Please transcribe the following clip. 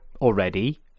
already